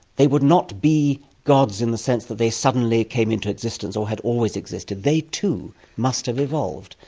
they would not be gods in the sense that they suddenly came into existence or had always existed, they too must have evolved,